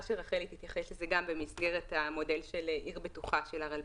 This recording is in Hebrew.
שרחלי תתייחס לזה גם במסגרת מודל עיר בטוחה של הרלב"ד.